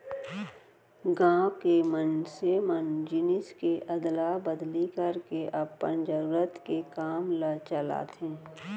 गाँव के मनसे मन जिनिस के अदला बदली करके अपन जरुरत के काम ल चलाथे